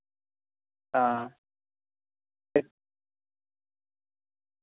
हां